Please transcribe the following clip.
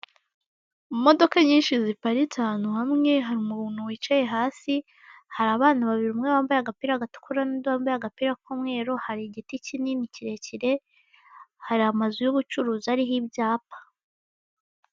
Imodoka nyinshi ziparitse ahantu hamwe, hari umuntu wicaye hasi, hari abana babiri umwe wambaye agapira gatukura n'undi wambaye agapira, hari igiti kinini kirekire, hari amazu y'ubucuruzi ariho ibyapa.